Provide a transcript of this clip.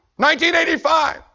1985